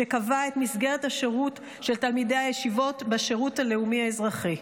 שקבע את מסגרת השירות של תלמידי הישיבות בשירות הלאומי-אזרחי.